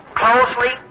closely